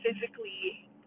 physically